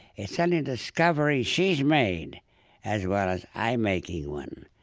it's suddenly a discovery she's made as well as i'm making one.